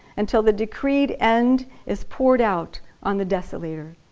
until the decreed end is poured out on the desolater.